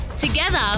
Together